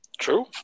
True